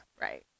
Right